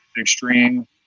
Extreme